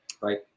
right